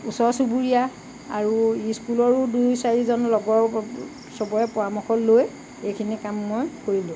ওচৰ চুবুৰীয়া আৰু স্কুলৰো দুই চাৰিজন লগৰ সবৰে পৰামৰ্শ লৈ এইখিনি কাম মই কৰিলোঁ